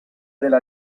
della